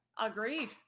Agreed